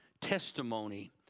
testimony